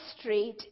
street